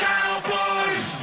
Cowboys